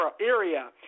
area